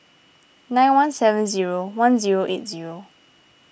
nine one seven zero one zero eight zero